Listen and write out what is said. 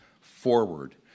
forward